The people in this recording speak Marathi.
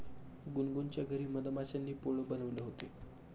गुनगुनच्या घरी मधमाश्यांनी पोळं बनवले होते